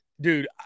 Dude